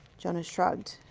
jonas shrugged.